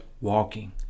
walking